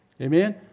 Amen